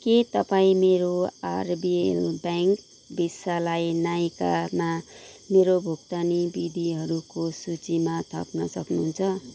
के तपाईँ मेरो आरबिएल ब्याङ्क भिसालाई नाइकामा मेरो भुक्तानी विधिहरूको सूचीमा थप्न सक्नुहुन्छ